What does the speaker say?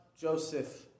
Joseph